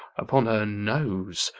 upon her nose,